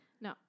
No